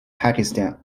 pakistan